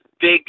big